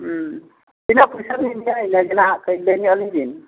ᱛᱤᱱᱟᱹᱜ ᱯᱚᱭᱥᱟ ᱵᱤᱱ ᱤᱫᱤ ᱠᱟᱹᱡ ᱞᱟᱹᱭ ᱧᱚᱜ ᱟᱹᱞᱤᱧ ᱵᱤᱱ